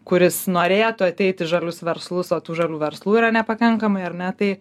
kuris norėtų ateit į žalius verslus o tų žalių verslų yra nepakankamai ar ne tai